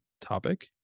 topic